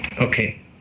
Okay